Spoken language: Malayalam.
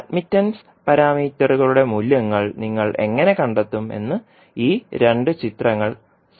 അഡ്മിറ്റൻസ് പാരാമീറ്ററുകളുടെ മൂല്യങ്ങൾ നിങ്ങൾ എങ്ങനെ കണ്ടെത്തും എന്ന് ഈ രണ്ട് ചിത്രങ്ങൾ സംഗ്രഹിക്കും